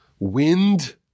Wind